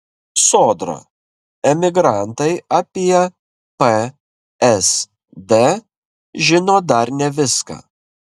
sodra emigrantai apie psd žino dar ne viską